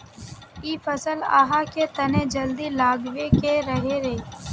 इ फसल आहाँ के तने जल्दी लागबे के रहे रे?